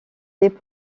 les